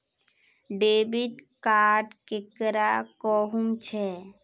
Debit card केकरा कहुम छे?